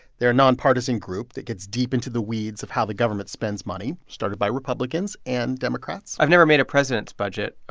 they're a nonpartisan group that gets deep into the weeds of how the government spends money, started by republicans and democrats i've never made a president's budget.